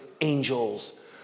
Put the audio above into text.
angels